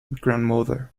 grandmother